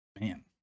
Man